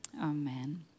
amen